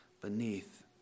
beneath